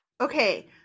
Okay